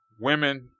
women